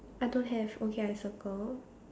I don't have okay I circle